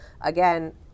Again